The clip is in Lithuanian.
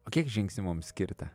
o kiek žingsnių mums skirta